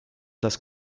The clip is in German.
das